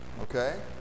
okay